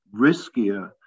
riskier